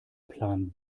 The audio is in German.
plan